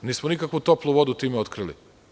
Nismo nikakvu toplu vodu time otkrili.